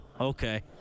okay